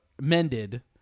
mended